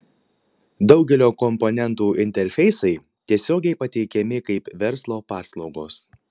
daugelio komponentų interfeisai tiesiogiai pateikiami kaip verslo paslaugos